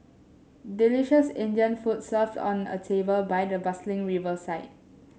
delicious Indian food served on a table by the bustling riverside